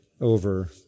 over